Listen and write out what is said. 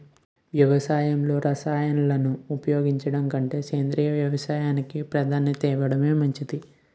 వ్యవసాయంలో రసాయనాలను ఉపయోగించడం కంటే సేంద్రియ వ్యవసాయానికి ప్రాధాన్యత ఇవ్వడం మంచిది